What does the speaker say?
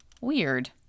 weird